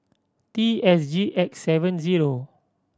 T S G X seven zero